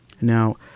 Now